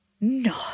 No